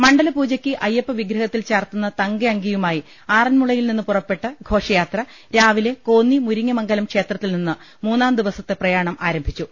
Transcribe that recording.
മണ്ഡല പൂജയ്ക്ക് അയ്യപ്പവിഗ്രഹത്തിൽ ചാർത്തുന്ന തങ്കയങ്കിയു മായി ആറൻമുളയിൽ നിന്ന് പുറപ്പെട്ട ഘോഷയാത്ര രാവിലെ കോന്നി മുരിങ്ങമംഗലം ക്ഷേത്രത്തിൽ നിന്ന് മൂന്നാം ദിവസത്തെ പ്രയാണം ആരം ഭിച്ചു